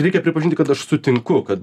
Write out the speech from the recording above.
reikia pripažinti kad aš sutinku kad